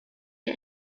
der